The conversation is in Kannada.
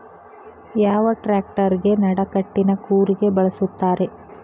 ಯಾವ ಟ್ರ್ಯಾಕ್ಟರಗೆ ನಡಕಟ್ಟಿನ ಕೂರಿಗೆ ಬಳಸುತ್ತಾರೆ?